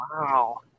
Wow